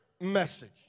message